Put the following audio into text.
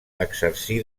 exercí